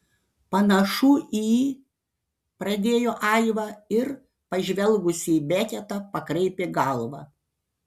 panašu į pradėjo aiva ir pažvelgusi į beketą pakraipė galvą